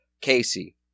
Casey